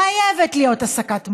חייבת להיות הסקת מסקנות.